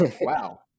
Wow